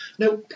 Now